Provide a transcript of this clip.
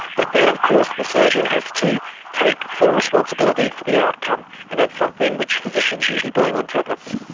but then of course the surgeon has to take full responsibility for the outcome, and that's something which physicians usually blame on tablets.